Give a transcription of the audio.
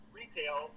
retail